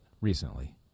recently